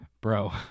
Bro